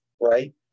right